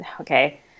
okay